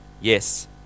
Yes